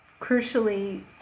crucially